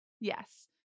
Yes